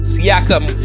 Siakam